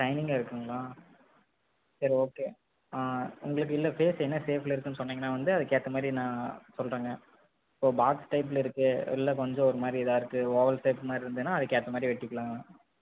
சைனிங்காக இருக்குதுங்களா சரி ஓகே உங்களுக்கு இல்லை பேஸ் என்ன ஷேப்பில் இருக்குதுனு சொன்னீங்கனா நான் வந்து அதுக்கேற்ற மாதிரி நான் சொல்கிறேங்க பாக்ஸ் டைப்பில் இருக்குது இல்லை கொஞ்சம் ஒருமாதிரி இதாக இருக்குது ஓவல் சைஸ் மாதிரி இருந்ததுனா அதுக்கேற்ற மாதிரி வெட்டிக்கலாம்